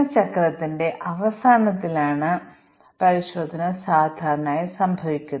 M1 M2 M3 M4 M2 എന്നിവ M5 M6 M5 എന്നിവ M8 M4 എന്നിവ M7 M9 എന്നിവയെ വിളിക്കുന്നു